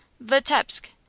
Vitebsk